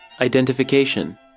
identification